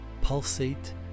pulsate